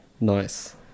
Nice